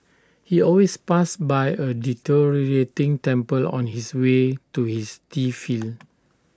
he always passed by A deteriorating temple on his way to his tea field